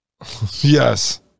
Yes